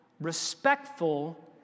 respectful